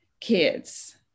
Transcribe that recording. kids